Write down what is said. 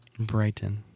Brighton